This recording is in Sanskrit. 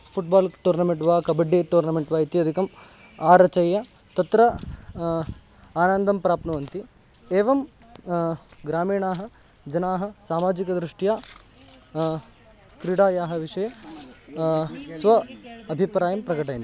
फ़ुट्बाल् टोर्नमेण्ट् वा कब्बड्डि टोर्नमेण्ट् वा इत्यादिकम् आरचय्य तत्र आनन्दं प्राप्नुवन्ति एवं ग्रामीणाः जनाः सामाजिकदृष्ट्या क्रीडायाः विषये स्व अभिप्रायं प्रकटयन्ति